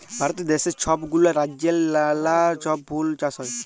ভারত দ্যাশে ছব গুলা রাজ্যেল্লে লালা ছব ফুল চাষ হ্যয়